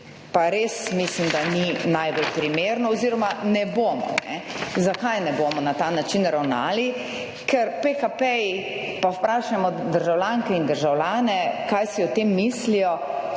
pa res mislim, da ni najbolj primerno oziroma ne bomo. Zakaj ne bomo na ta način ravnali? Ker PKP-ji pa vprašajmo državljanke in državljane, kaj si o tem mislijo,